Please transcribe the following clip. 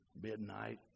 midnight